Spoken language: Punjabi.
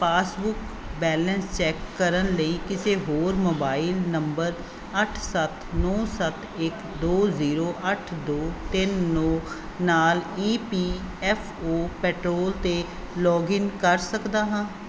ਪਾਸਬੁੱਕ ਬੈਲੇਂਸ ਚੈੱਕ ਕਰਨ ਲਈ ਕਿਸੇ ਹੋਰ ਮੋਬਾਈਲ ਨੰਬਰ ਅੱਠ ਸੱਤ ਨੌ ਸੱਤ ਇੱਕ ਦੋ ਜ਼ੀਰੋ ਅੱਠ ਦੋ ਤਿੰਨ ਨੌ ਨਾਲ E P F O portal 'ਤੇ ਲੌਗਇਨ ਕਰ ਸਕਦਾ ਹਾਂ